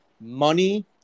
money